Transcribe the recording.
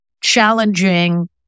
challenging